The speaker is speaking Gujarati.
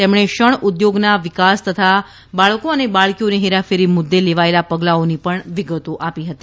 તેમણે શણ ઉદ્યોગના વિકાસ તથા બાલકો અને બાળકીઓની હેરાફેરી મુદ્દે લેવાયેલાં પગલાંઓની વિગતો આપી હતી